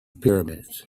pyramids